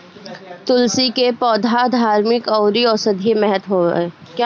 तुलसी के पौधा के धार्मिक अउरी औषधीय महत्व हवे